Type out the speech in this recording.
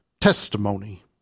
testimony